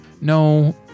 No